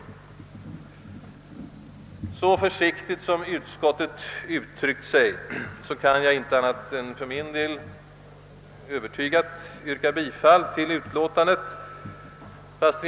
Med hänsyn till den försiktighet, med vilken utskottet uttryckt sig, kan jag för min del inte annat än övertygat yrka bifall till utlåtandet.